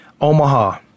Omaha